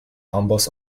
amboss